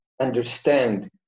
understand